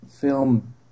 film